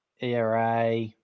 ERA